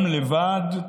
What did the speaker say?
גם לבד,